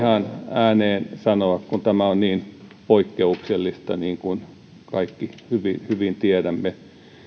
ääneen sanoa kun tämä on niin poikkeuksellista niin kuin kaikki hyvin hyvin tiedämme